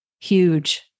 huge